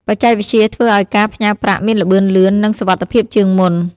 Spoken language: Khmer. បច្ចេកវិទ្យាធ្វើឲ្យការផ្ញើប្រាក់មានល្បឿនលឿន និងសុវត្ថិភាពជាងមុន។